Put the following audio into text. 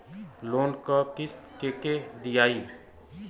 Loan क किस्त के के दियाई?